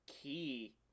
Key